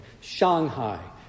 Shanghai